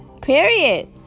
period